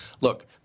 Look